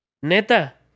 Neta